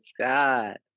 God